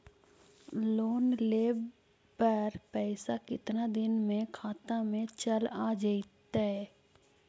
Loan लेब पर पैसा कितना दिन में खाता में चल आ जैताई?